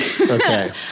Okay